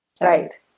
Right